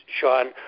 Sean